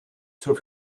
zur